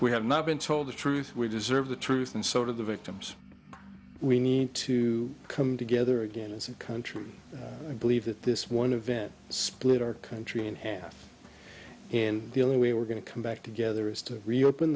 we have not been told the truth we deserve the truth and sort of the victims we need to come together again as a country and believe that this one a vet split our country in half and the only way we're going to come back together is to reopen